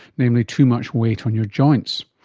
namely too much weight on your joints?